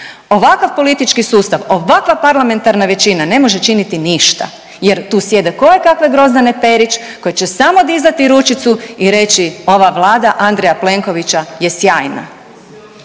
Ovakav politički sustav, ovakva parlamentarna većina ne može činiti ništa jer tu sjede kojekakve Grozdane Perić koje će samo dizati ručicu i reći ova vlada Andreja Plenkovića je sjajna.